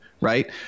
right